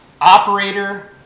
operator